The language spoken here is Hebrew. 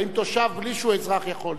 האם תושב בלי שהוא אזרח יכול?